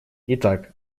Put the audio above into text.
итак